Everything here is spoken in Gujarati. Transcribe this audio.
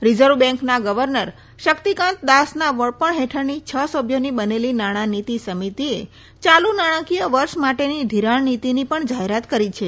રીઝર્વ બેંકના ગવર્નર શકિતકાંત દાસના વડપણ હેઠળની છ સભ્યોની બનેલી નાણાંનીતી સમિતિએ યાલુ નાણાંકીય વર્ષ માટેની ધિરાણ નીતીની પણ જાહેરાત કરી છે